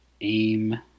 aim